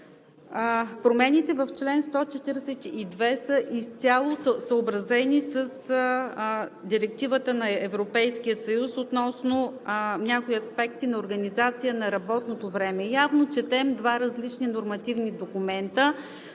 Промените в чл. 142 са изцяло съобразени с Директивата на Европейския съюз относно някои аспекти на организацията на работното време. Явно четем два различни нормативни документа